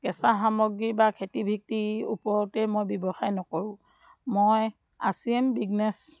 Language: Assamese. কেঁচা সামগ্ৰী বা খেতিভিত্তি ওপৰতে মই ব্যৱসায় নকৰোঁ মই আৰ চি এন বিজনেছ